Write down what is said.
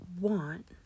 want